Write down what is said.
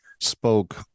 spoke